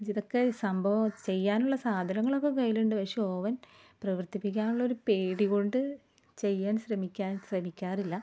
ഇതൊക്കെ സംഭവം ചെയ്യാനുള്ള സാധനങ്ങളൊക്കെ കയ്യിലുണ്ട് പക്ഷേ ഓവൻ പ്രവർത്തിപ്പിക്കാനുള്ളൊരു പേടി കൊണ്ട് ചെയ്യാൻ ശ്രമിക്കാൻ ശ്രമിക്കാറില്ല